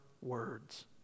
words